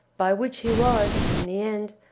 by which he was, in the end,